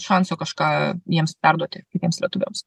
šanso kažką jiems perduoti kitiems lietuviams